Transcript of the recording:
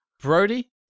Brody